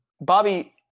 Bobby